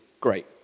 great